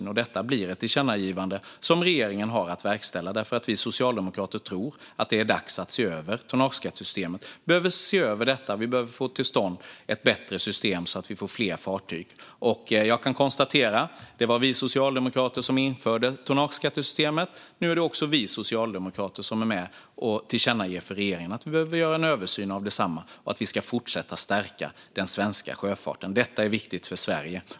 Det leder till ett förslag om ett tillkännagivande, som regeringen har att verkställa. Vi socialdemokrater tror nämligen att det är dags att se över tonnageskattesystemet. Vi behöver se över detta och få till stånd ett bättre system så att vi får fler fartyg. Det var vi socialdemokrater som införde tonnageskattesystemet. Nu är det också vi socialdemokrater som föreslår ett tillkännagivande till regeringen om att det behöver göras en översyn av detsamma och att vi ska fortsätta stärka den svenska sjöfarten. Detta är viktigt för Sverige.